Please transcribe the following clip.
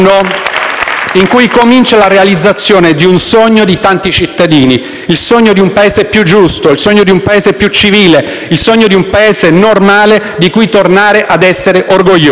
in cui comincia la realizzazione di un sogno di tanti cittadini: il sogno di un Paese più giusto, il sogno di un Paese più civile, il sogno di un Paese normale di cui tornare a essere orgogliosi;